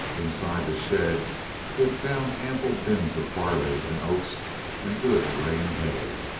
inside the shed he had found ample bins of barley and oats and good grain hay.